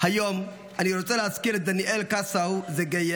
היום אני רוצה להזכיר את דניאל קסאו זגיה,